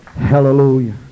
hallelujah